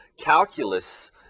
Calculus